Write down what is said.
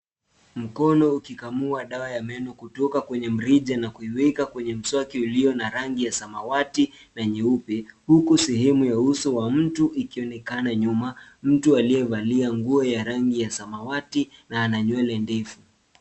Mkoni ukikamua dawa ya meno kutoka kwenye mrija na kuiweka kwenye mswaki ulio na rangi ya samawati na nyeupe huku sehemu ya uso wa mtu ikionekana nyuma. Mtu aliyevalia nguo ya rangi ya samawati na ana nywele ndefu.